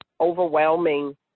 overwhelming